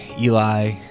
Eli